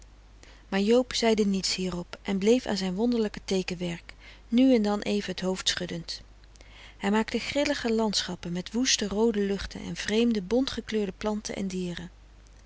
maar joob zeide niets hierop en bleef aan zijn wonderlijke teekenwerk nu en dan even het hoofd schuddend hij maakte grillige landschappen met woeste roode luchten en vreemde bont gekleurde planten en dieren